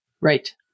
Right